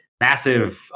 massive